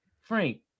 Frank